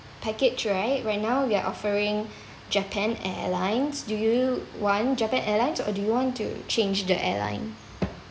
package right right now we are offering japan airlines do you want japan airlines or do you want to change the airline